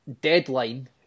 Deadline